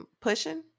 pushing